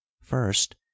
First